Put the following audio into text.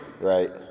Right